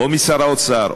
או משר האוצר,